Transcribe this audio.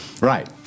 Right